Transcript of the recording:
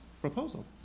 proposal